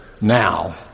now